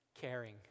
caring